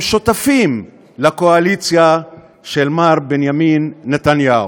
שותפים לקואליציה של מר בנימין נתניהו.